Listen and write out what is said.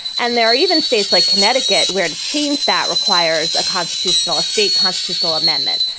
and there are even states like connecticut where to change that requires a constitutional a state constitutional amendment.